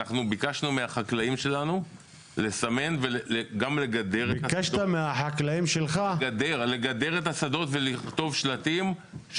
ביקשנו מהחקלאים שלנו לסמן וגם לגדר את השדות ולכתוב שלטים.